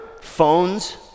phones